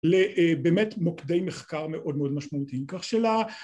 ‫לבאמת מוקדי מחקר ‫מאוד מאוד משמעותיים כך של ה...